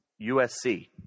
USC